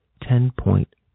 ten-point